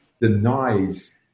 denies